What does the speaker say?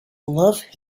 love